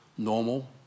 Normal